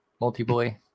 multi-boy